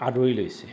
আদৰি লৈছে